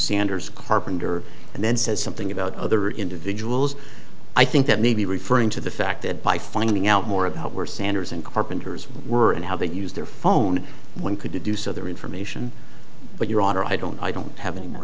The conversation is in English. sanders carpenter and then says something about other individuals i think that may be referring to the fact that by finding out more about where sanders and carpenters were and how they use their phone one could deduce other information but your honor i don't i don't have any more